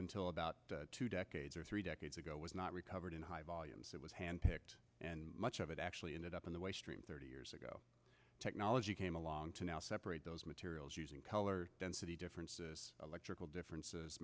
until about two decades or three decades ago was not recovered in high volumes it was hand picked and much of it actually ended up in the waste stream thirty years ago technology came along to now separate those materials using color density differences electrical differences